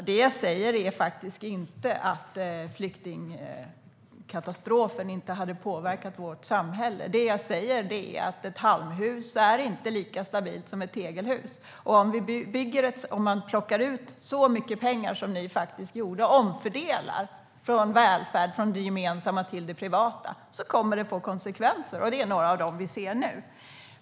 Herr talman! Det jag säger är inte att flyktingkatastrofen inte skulle ha påverkat vårt samhälle. Det jag säger är att ett halmhus inte är lika stabilt som ett tegelhus. Om man plockar ut så mycket pengar som ni gjorde, Aron Modig, och omfördelar från välfärden, från det gemensamma, till det privata får det konsekvenser, och några av dem ser vi nu.